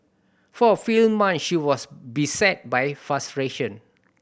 for a few months she was beset by frustration